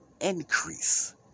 increase